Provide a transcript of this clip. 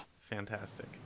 fantastic